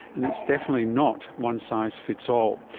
and it's definitely not one size fits all.